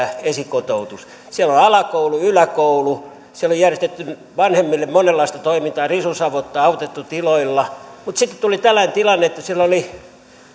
esikotoutus siellä on alakoulu yläkoulu siellä on järjestetty vanhemmille monenlaista toimintaa risusavottaa auttamista tiloilla mutta sitten tuli tällainen tilanne että siellä oli